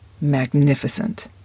magnificent